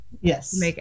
Yes